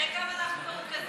תראה כמה אנחנו מרוכזים,